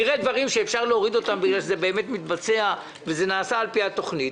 נראה דברים שאפשר להוריד אותם בגלל שהם באמת מתבצעים על פי התוכנית.